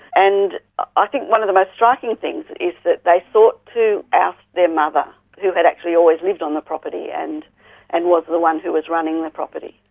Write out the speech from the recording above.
and i think one of the most striking things is that they sought to oust their mother who had actually always lived on the property and and was the one who was running the property.